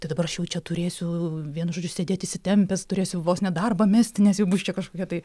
tai dabar aš jau čia turėsiu vienu žodžiu sėdėti įsitempęs turėsiu vos ne darbą mesti nes jau bus čia kažkokia tai